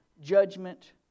judgment